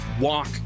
walk